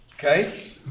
Okay